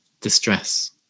distress